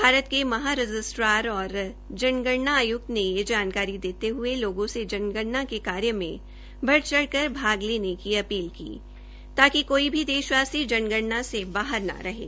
भारत के महा रजिस्ट्रार और जनगणना आयुक्त ने यह जानकारी देते हये लोगों को जनगणना के कार्य में बढ़ चढ़ कर भाग लेने की अपील की है ताकि कोई भी देशवासी जनगणना से बाहर न रहें